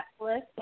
Netflix